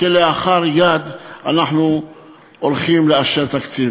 כלאחר-יד אנחנו הולכים לאשר תקציב.